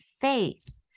faith